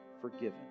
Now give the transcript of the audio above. forgiven